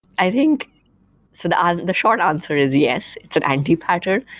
i think so the um the short answer is yes, it's an anti-pattern.